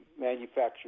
manufacture